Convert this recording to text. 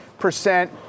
Percent